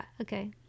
okay